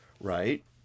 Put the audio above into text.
Right